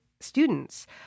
students